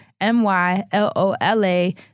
M-Y-L-O-L-A